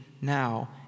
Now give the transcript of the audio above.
now